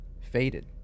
faded